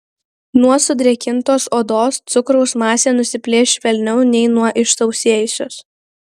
nuo sudrėkintos odos cukraus masė nusiplėš švelniau nei nuo išsausėjusios